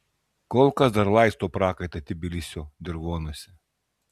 kol kas dar laistau prakaitą tbilisio dirvonuose